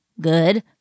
good